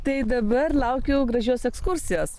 tai dabar laukiu gražios ekskursijos